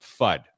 FUD